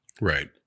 right